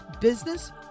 business